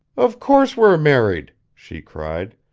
of course we're married, she cried.